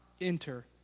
enter